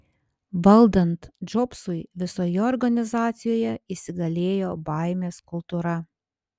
valdant džobsui visoje organizacijoje įsigalėjo baimės kultūra